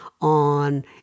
on